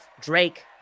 Drake